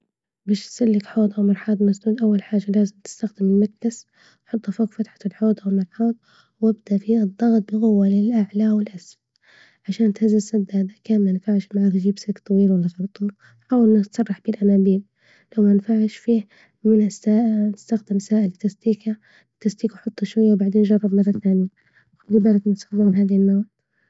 باش تسلك حوض أو مرحاض مسدود أول حاجة لازم تستخدم المكبس، حطه فوج فتحة الحوض أو الممرحاض وابدأ في الضغط بقوة للأعلى والأسفل عشان تهز السندانة، كان ما نفعش معاك جيب سلك طويل ولا خرطوم وحاول إنك تسرح بيه الأنابيب لو ما نفعش فيه سا استخدم سائل التسليكة لتسليكة حط شوية وبعدين جرب مرة ثانية وخلي بالك من سخونة هذي المواد.